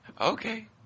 Okay